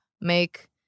Make